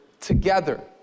together